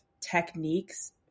techniques